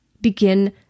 begin